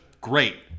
great